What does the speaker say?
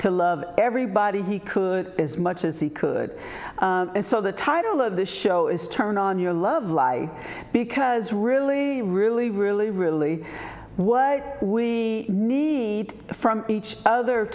to love everybody he could as much as he could and so the title of the show is turn on your love life because really really really really what we need from each other